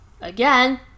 Again